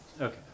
okay